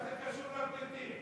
מה זה קשור לפליטים?